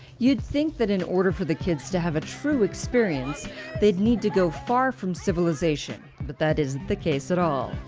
you'd think that in order for the kids to have a true experience they'd need to go far from civilization, but that isn't the case at all.